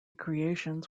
creations